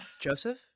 Joseph